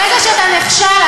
ברגע שאתה נכשל,